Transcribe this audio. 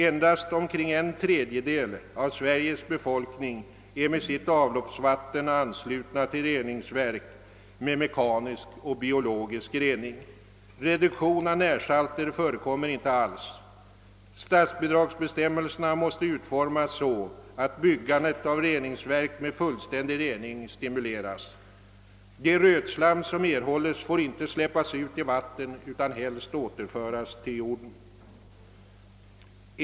Endast omkring en tredjedel av Sveriges befolkning är med sitt avloppsvatten ansluten till reningsverk med mekanisk och biologisk rening. Reduktion av närsalter förekommer inte alls. Statsbidragsbestämmelserna måste utformas så, att byggandet av reningsverk med fullständig rening stimuleras. Det rötslam som erhålles får inte släppas ut i vatten utan skall helst återföras till jorden.